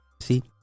See